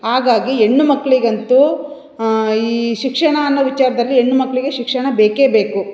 ಹಾಗಾಗಿ ಹೆಣ್ಣು ಮಕ್ಕಳಿಗಂತೂ ಈ ಶಿಕ್ಷಣ ಅನ್ನೋ ವಿಚಾರದಲ್ಲಿ ಹೆಣ್ಣು ಮಕ್ಕಳಿಗೆ ಶಿಕ್ಷಣ ಬೇಕೇ ಬೇಕು